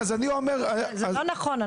זה לא נכון.